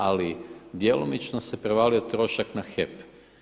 Ali djelomično se prevalio trošak na HEP.